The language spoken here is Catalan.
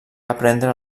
aprendre